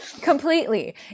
Completely